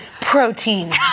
Protein